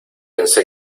pensé